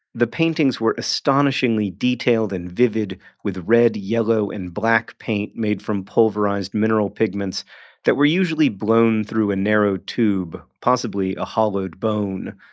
the paintings were astonishingly detailed and vivid with red, yellow and black paint made from pulverized mineral pigments that were usually blown through a narrow tube, possibly a hollowed bone,